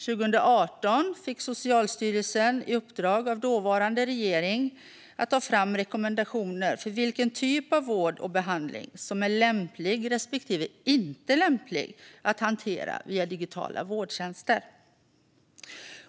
År 2018 fick Socialstyrelsen i uppdrag av dåvarande regering att ta fram rekommendationer för vilken typ av vård och behandling som är lämplig respektive inte lämplig att hantera via digitala vårdtjänster.